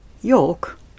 York